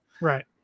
right